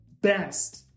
best